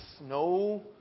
no